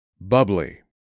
Bubbly